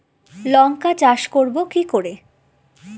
লঙ্কা চাষ করব কি করে?